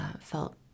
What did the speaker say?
felt